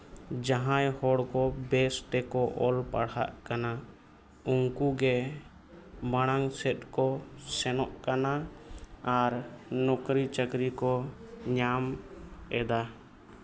ᱡᱟᱦᱟᱸᱭ ᱦᱚᱲ ᱠᱚ ᱵᱮᱹᱥ ᱛᱮᱠᱚ ᱚᱞ ᱯᱟᱲᱦᱟᱜ ᱠᱟᱱᱟ ᱩᱱᱠᱩ ᱜᱮ ᱢᱟᱲᱟᱝ ᱥᱮᱫ ᱠᱚ ᱥᱮᱱᱚᱜ ᱠᱟᱱᱟ ᱟᱨ ᱱᱚᱠᱨᱤ ᱪᱟᱹᱠᱨᱤ ᱠᱚ ᱧᱟᱢᱮᱫᱟ